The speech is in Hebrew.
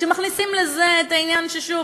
כשמכניסים לזה את העניין ששוב,